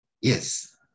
Yes